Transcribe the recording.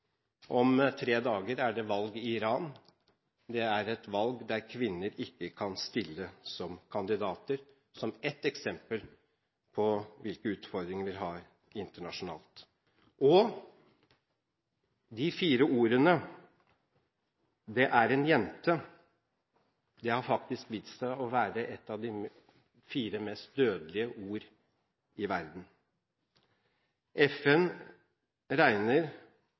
Om tre dager er det valg i Iran. Det er et valg der kvinner ikke kan stille som kandidater. Det er ett eksempel på hvilke utfordringer vi har internasjonalt. De fire ordene: «Det er en jente» har faktisk vist seg å være fire av de mest dødelige ordene i verden. Ifølge beregninger gjort av FN